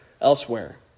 elsewhere